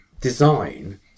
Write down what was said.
design